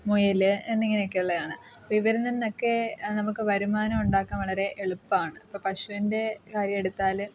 മുയൽ എന്നിങ്ങനെയൊക്കെയുള്ളതാണ് അപ്പോൾ ഇവരിൽ നിന്നൊക്കെ നമുക്ക് വരുമാനം ഉണ്ടാക്കാൻ വളരെ എളുപ്പമാണ് ഇപ്പോൾ പശുവിൻ്റെ കാര്യം എടുത്താൽ